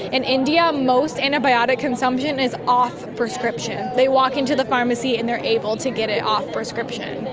in india most antibiotic consumption is off prescription. they walk into the pharmacy and they are able to get it off prescription.